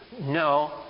No